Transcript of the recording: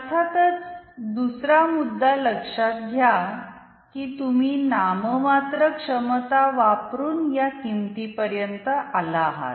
अर्थातच दुसरा मुद्दा लक्षात घ्या की तुम्ही नाममात्र क्षमता वापरून या किमती पर्यंत आला आहात